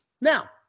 Now